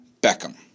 Beckham